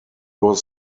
was